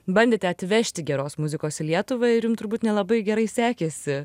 bandėte atvežti geros muzikos į lietuvą ir jum turbūt nelabai gerai sekėsi